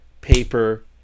Paper